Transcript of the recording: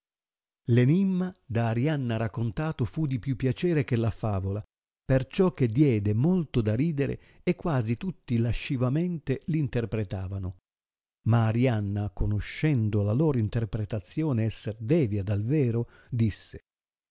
enimma da arianna raccontato fu di più piacere che la favola perciò che diede molto da ridere e quasi tutti lascivamente l interpretavano ma arianna conoscendo la lor interpretazione esser devia dal vero disse